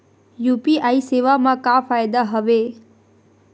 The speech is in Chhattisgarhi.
यू.पी.आई सेवा मा का फ़ायदा हवे?